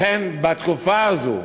לכן, בתקופה הזאת,